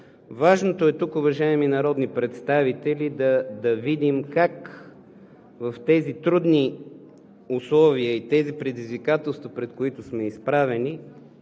Важното е тук, уважаеми народни представители, да видим как в тези трудни условия и предизвикателства, пред които сме изправени,